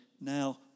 Now